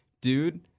dude